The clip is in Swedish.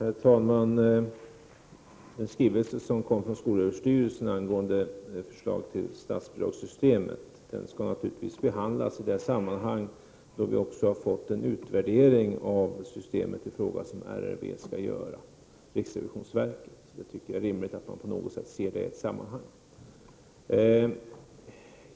Herr talman! Den skrivelse som kom från skolöverstyrelsen angående förslag till statsbidragssystemet skall naturligtvis behandlas i det sammanhang då vi också har fått den utvärdering av systemet i fråga som riksrevisionsverket skall göra. Jag tycker att det är rimligt att man ser dessa i ett sammanhang.